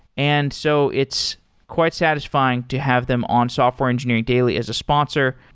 and so it's quite satisfying to have them on software engineering daily as a sponsor.